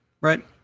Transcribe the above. right